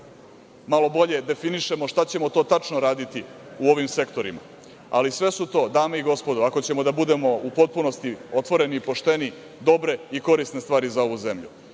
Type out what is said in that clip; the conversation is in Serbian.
malo bolje definišemo šta ćemo to tačno raditi u ovim sektorima, ali sve su to, dame i gospodo, ako ćemo da budemo u potpunosti otvoreni i pošteni, dobre i korisne stvari za ovu zemlju.